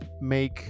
make